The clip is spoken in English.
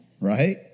right